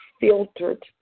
filtered